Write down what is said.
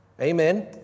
Amen